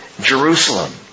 Jerusalem